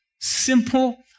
Simple